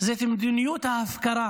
זה מדיניות ההפקרה